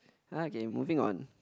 okay moving on